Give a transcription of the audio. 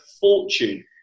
fortune